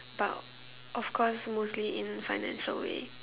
but of course mostly in financial way